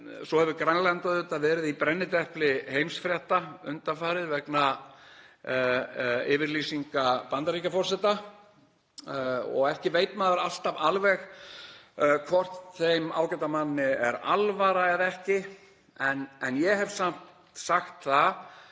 Svo hefur Grænland auðvitað verið í brennidepli heimsfrétta undanfarið vegna yfirlýsinga Bandaríkjaforseta og ekki veit maður alltaf alveg hvort þeim ágæta manni er alvara eða ekki. En ég hef samt sagt það